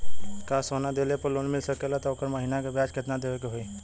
का सोना देले पे लोन मिल सकेला त ओकर महीना के ब्याज कितनादेवे के होई?